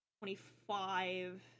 twenty-five